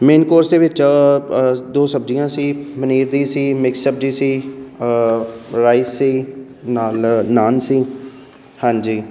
main course ਦੇ ਵਿੱਚ ਅ ਦੋ ਸਬਜ਼ੀਆਂ ਸੀ ਪਨੀਰ ਦੀ ਸੀ ਮਿਕਸ ਸਬਜ਼ੀ ਸੀ ਰਾਈਸ ਸੀ ਨਾਲ ਨਾਨ ਸੀ ਹਾਂਜੀ